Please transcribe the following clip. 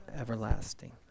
everlasting